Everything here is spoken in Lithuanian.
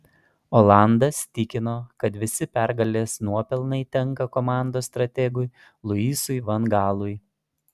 olandas tikino kad visi pergalės nuopelnai tenka komandos strategui luisui van gaalui